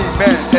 Amen